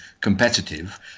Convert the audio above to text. competitive